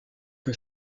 que